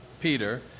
Peter